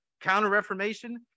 Counter-Reformation